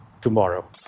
tomorrow